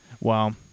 Wow